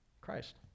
Christ